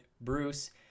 Bruce